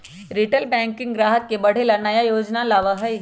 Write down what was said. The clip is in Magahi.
रिटेल बैंकिंग ग्राहक के बढ़े ला नया योजना लावा हई